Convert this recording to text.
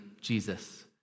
Jesus